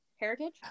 heritage